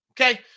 Okay